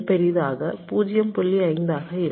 5 ஆக இருக்கும்